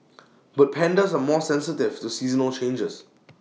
but pandas are more sensitive to seasonal changes